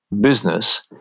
business